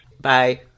Bye